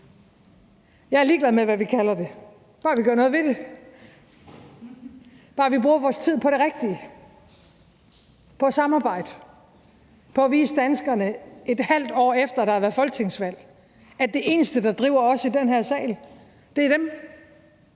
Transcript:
jeg er ligeglad med, hvad vi kalder det, bare vi gør noget ved det, bare vi bruger vores tid på det rigtige, på at samarbejde, på at vise danskerne, et halvt år efter at der har været folketingsvalg, at det eneste, der driver os i den her sal, er dem: